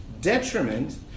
detriment